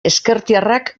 ezkertiarrak